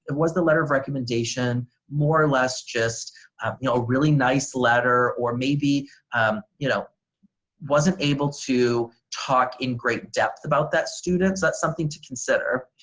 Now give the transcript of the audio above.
and was the letter of recommendation more or less just you know a really nice letter or maybe you know wasn't able to talk in great depth about that student. that's something to consider.